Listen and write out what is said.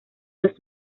los